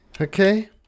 Okay